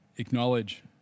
Acknowledge